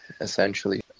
essentially